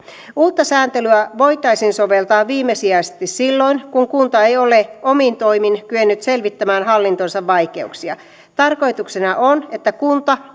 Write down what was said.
uutta sääntelyä voitaisiin soveltaa viimesijaisesti silloin kun kunta ei ole omin toimin kyennyt selvittämään hallintonsa vaikeuksia tarkoituksena on että kunta